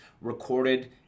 recorded